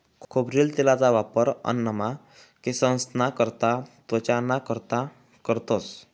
खोबरेल तेलना वापर अन्नमा, केंससना करता, त्वचाना कारता करतंस